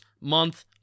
month